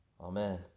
Amen